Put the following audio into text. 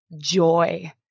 joy